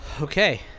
okay